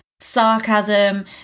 sarcasm